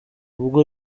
ubwo